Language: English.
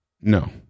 No